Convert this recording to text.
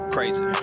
Crazy